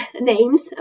names